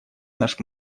наш